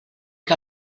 que